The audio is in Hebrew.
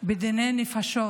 בדיני נפשות,